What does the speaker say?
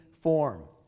form